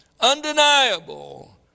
undeniable